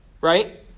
right